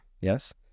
Yes